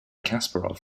kasparov